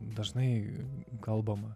dažnai kalbama